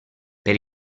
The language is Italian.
per